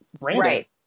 right